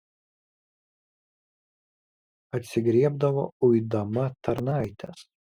atsigriebdavo uidama tarnaites